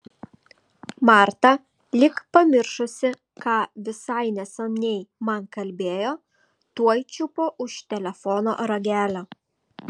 marta lyg pamiršusi ką visai neseniai man kalbėjo tuoj čiupo už telefono ragelio